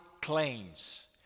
claims